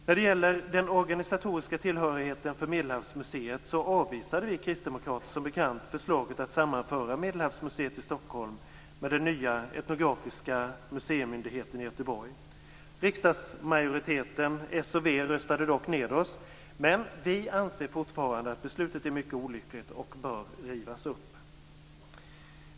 När det gäller den organisatoriska tillhörigheten för Medelhavsmuseet avvisade vi kristdemokrater som bekant förslaget att sammanföra Medelhavsmuseet i Stockholm med den nya etnografiska museimyndigheten i Göteborg. Riksdagsmajoriteten, s och v, röstade dock ned oss, men vi anser fortfarande att beslutet är mycket olyckligt och att det bör rivas upp.